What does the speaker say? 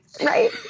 Right